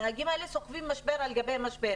הנהגים האלה סוחבים משבר על גבי משבר.